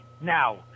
now